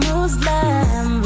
Muslim